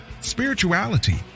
spirituality